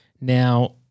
Now